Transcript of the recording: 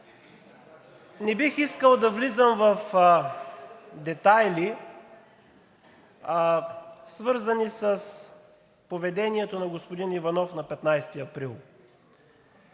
Не бих искал да влизам в детайли, свързани с поведението на господин Иванов на 15 април,